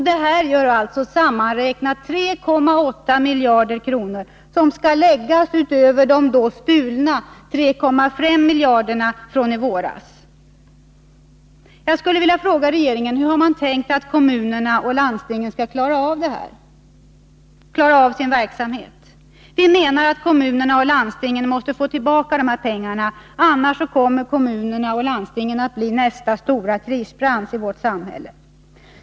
Detta gör sammanräknat 3,8 miljarder kronor, som skall läggas utöver de stulna 3,5 miljarderna från i våras. Jag skulle vilja fråga regeringen: Hur har ni tänkt att kommunerna och landstingen skall klara av sin verksamhet? Vi menar att kommunerna och landstingen måste få tillbaka de här pengarna, annars kommer kommunerna och landstingen att bli nästa stora krisbransch i vårt samhälle.